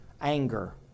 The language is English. Anger